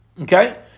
Okay